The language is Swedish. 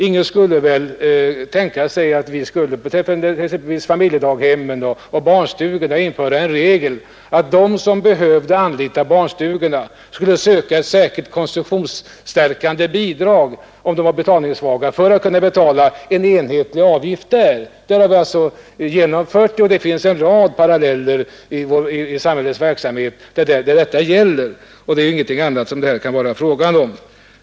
Ingen skulle väl tänka sig att vi beträffande exempelvis familjedaghemmen och barnstugorna skulle införa en regel, att de som behövde anlita dessa institutioner skulle söka ett särskilt konsumtionsstärkande bidrag om de var betalningssvaga för att alla skulle kunna betala en enhetlig avgift. Det finns en rad paralleller i samhällets verksamhet till den ordning vi här föreslagit.